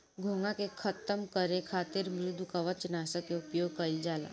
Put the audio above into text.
घोंघा के खतम करे खातिर मृदुकवच नाशक के उपयोग कइल जाला